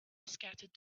scattered